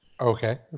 Okay